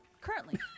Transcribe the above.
Currently